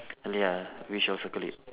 ya we shall circle it